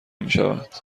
میشود